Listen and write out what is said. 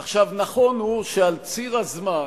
עכשיו, נכון הוא שעל ציר הזמן